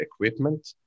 equipment